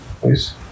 please